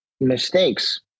mistakes